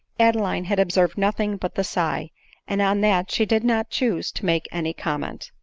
adeline had observed nothing but the sigh and on that she did not choose to make any comment.